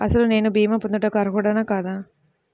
అసలు నేను భీమా పొందుటకు అర్హుడన కాదా?